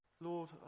Lord